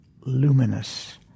luminous